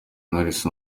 knowless